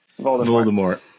Voldemort